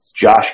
Josh